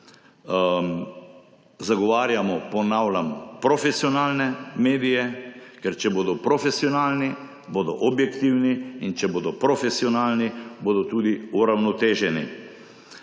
Zagovarjamo, ponavljam, profesionalne medije, ker če bodo profesionalni, bodo objektivni, in če bodo profesionalni, bodo tudi uravnoteženi.